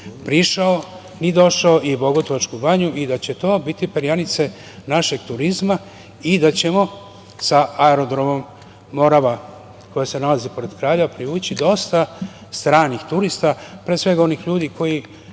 prišao, ni došao i Bogutovačku Banju i da će to biti perionice našeg turizma i da ćemo sa aerodromom „Morava“ koji se nalazi pored Kraljeva privući dosta stranih turista, pre svega onih ljudi koji